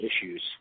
issues